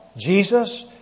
Jesus